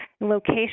Location